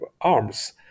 arms